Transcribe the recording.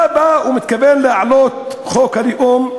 אתה בא ומתכוון להעלות את חוק הלאום,